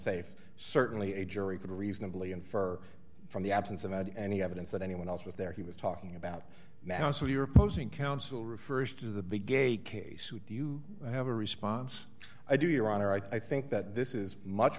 safe certainly a jury could reasonably infer from the absence of any evidence that anyone else was there he was talking about now so your opposing counsel refers to the big a case who do you have a response i do your honor i think that this is much